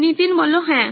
নীতিন হ্যাঁ